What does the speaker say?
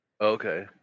Okay